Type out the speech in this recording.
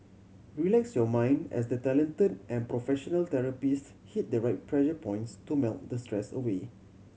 relax your mind as the talented and professional therapists hit the right pressure points to melt the stress away